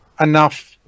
enough